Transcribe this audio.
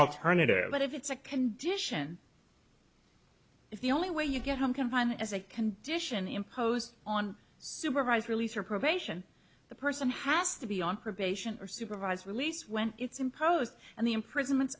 alternative but if it's a condition it's the only way you get home confinement as a condition imposed on supervised release or probation the person has to be on probation or supervised release when it's imposed and the imprisonment